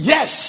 Yes